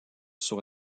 sur